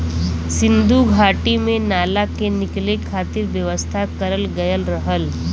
सिन्धु घाटी में नाला के निकले खातिर व्यवस्था करल गयल रहल